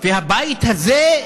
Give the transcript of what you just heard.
והבית הזה,